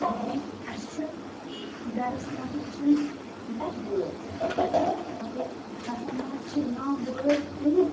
گوٚبری اَسہِ چھِ گَرس منٛزٕے چھِم دَہ بٲژ مگر دَہو منٛز چھِ نَو بٲژ تِمہٕ